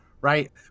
right